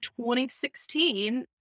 2016